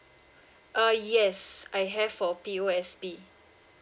uh yes I have for P_O_S_B